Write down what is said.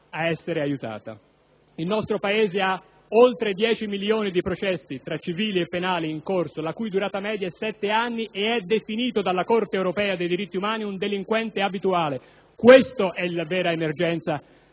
viene aiutata. Il nostro Paese ha oltre 10 milioni di processi in corso, tra civili e penali, la cui durata media è di sette anni e viene definito dalla Corte europea dei diritti umani un delinquente abituale. Questa è la vera emergenza